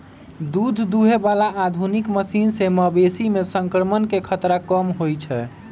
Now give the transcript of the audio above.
दूध दुहे बला आधुनिक मशीन से मवेशी में संक्रमण के खतरा कम होई छै